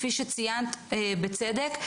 כפי שציינת בצדק,